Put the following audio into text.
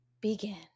begin